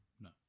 No